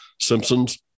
Simpsons